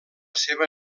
seva